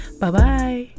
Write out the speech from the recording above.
Bye-bye